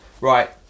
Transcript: right